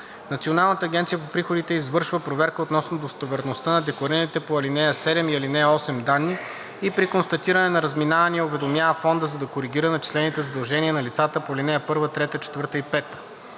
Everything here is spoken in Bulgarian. Националната агенция по приходите извършва проверка относно достоверността на декларираните по ал. 7 и ал. 8 данни и при констатиране на разминавания уведомява фонда, за да коригира начислените задължения на лицата по ал. 1, 3, 4 и 5.